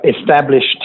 established